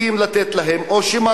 לתת להם את הדברים הבסיסיים.